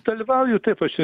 dalyvauju taip aš čia